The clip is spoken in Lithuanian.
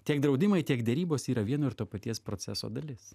tiek draudimai tiek derybos yra vieno ir to paties proceso dalis